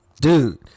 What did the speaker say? Dude